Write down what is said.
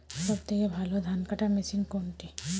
সবথেকে ভালো ধানকাটা মেশিন কোনটি?